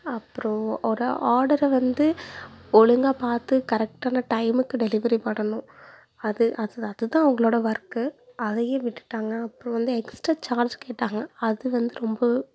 அப்புறம் ஒரு ஆர்டரை வந்து ஒழுங்கா பார்த்து கரெக்டான டைமுக்கு டெலிவெரி பண்ணணும் அது அது அதுதான் அவங்களோட ஒர்க்கு அதையே விட்டுவிட்டாங்க அப்புறம் வந்து எக்ஸ்ட்ரா சார்ஜ் கேட்டாங்க அது வந்து ரொம்பவும்